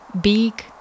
big